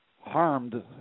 harmed